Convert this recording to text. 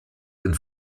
den